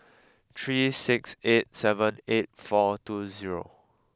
three six eight seven eight four two zero